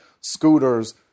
scooters